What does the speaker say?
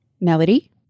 Melody